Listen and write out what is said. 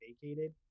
vacated